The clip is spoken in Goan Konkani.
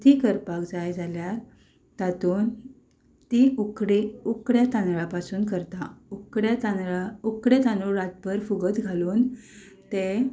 तीं करपाक जाय जाल्यार तातूंत ती उकडी उकडे तांदळा पसून करता उकडे तांदळा उकडे तांदूळ रातभर फुगत घालून ते